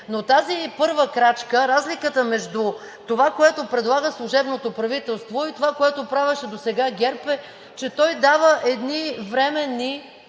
Но тази първа крачка – разликата между това, което предлага служебното правителство, и това, което правеше досега ГЕРБ, е, че той дава едни временни